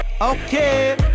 Okay